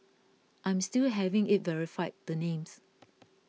I'm still having it verified the names